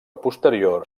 posterior